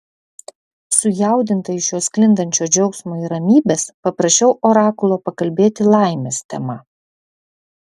sujaudinta iš jo sklindančio džiaugsmo ir ramybės paprašiau orakulo pakalbėti laimės tema